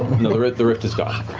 the rift the rift is gone!